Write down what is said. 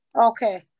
Okay